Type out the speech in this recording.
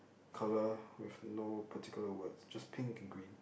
colour with no particular words just pink and green